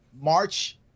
March